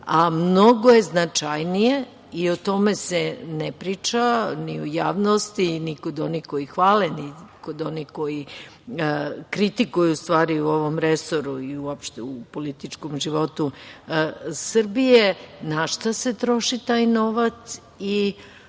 a mnogo je značajnije, i o tome se ne priča ni u javnosti, ni kod onih koji hvale, ni kod onih koji kritikuju stvari u ovom resoru i uopšte u političkom životu Srbije, na šta se troši taj novac.